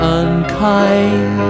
unkind